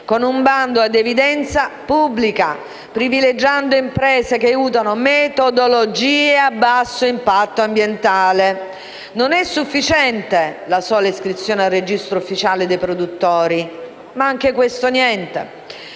con un bando ad evidenza pubblica, privilegiando imprese che usano metodologie a basso impatto ambientale. Non è sufficiente la sola iscrizione al registro ufficiale dei produttori. Ma anche su questo, niente.